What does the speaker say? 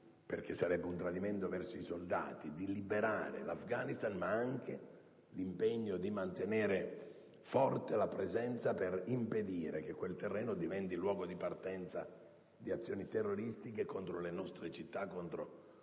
farlo sarebbe un tradimento verso i soldati - di liberare l'Afghanistan e anche di mantenere forte la presenza per impedire che quel terreno diventi luogo di partenza di azioni terroristiche contro le nostre città e le nostre